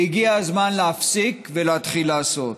והגיע הזמן להפסיק, ולהתחיל לעשות.